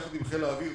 יחד עם חיל האוויר,